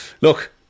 look